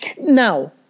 Now